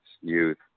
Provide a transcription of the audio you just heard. youth